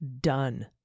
done